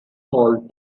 all